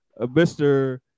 Mr